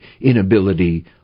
inability